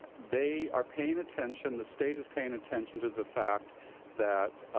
they are paying attention, the state is paying attention to the fact that,